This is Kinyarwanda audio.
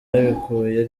yabikuye